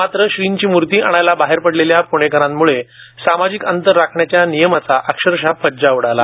मात्र श्रींची मूर्ती आणायला बाहेर पडलेल्या पुणेकरांमुळे सामाजिक अंतर राखण्याच्या नियमाचा अक्षरशः फज्जा उडाला